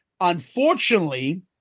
unfortunately